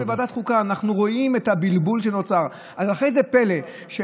נא לסיים, אדוני.